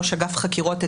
ראש אגף חקירות,